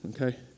Okay